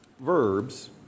verbs